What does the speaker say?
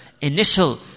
initial